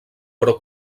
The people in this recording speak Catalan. però